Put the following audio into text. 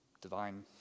divine